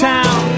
Town